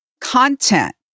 content